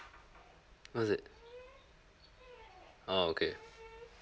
what is it oh okay